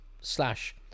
slash